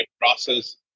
process